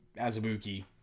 Azabuki